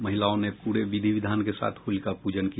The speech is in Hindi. महिलाओं ने प्ररे विधि विधान के साथ होलिका पूजन किया